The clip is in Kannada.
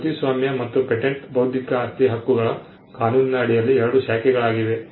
ಕೃತಿಸ್ವಾಮ್ಯ ಮತ್ತು ಪೇಟೆಂಟ್ ಬೌದ್ಧಿಕ ಆಸ್ತಿಯ ಹಕ್ಕುಗಳ ಕಾನೂನಿನ ಅಡಿಯಲ್ಲಿ 2 ಶಾಖೆಗಳಾಗಿವೆ